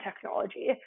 technology